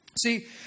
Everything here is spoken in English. See